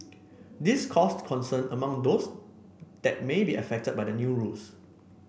this caused concern among those that may be affected by the new rules